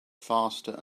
faster